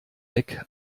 weg